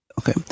Okay